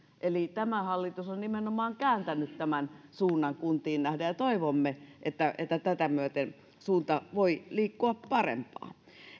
eli tämä hallitus on nimenomaan kääntänyt tämän suunnan kuntiin nähden ja toivomme että että tätä myöten suunta voi liikkua parempaan